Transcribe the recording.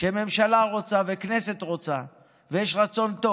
כשממשלה רוצה והכנסת רוצה ויש רצון טוב